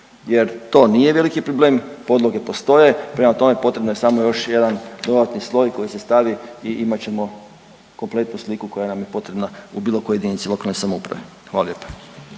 Jer, to nije veliki problem, podloge postoje, prema tome, potrebno je samo još jedan dodatni sloj koji se stavi i imat ćemo kompletnu sliku koja nam je potrebna u bilo kojoj jedinici lokalne samouprave. Hvala lijepo.